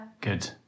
Good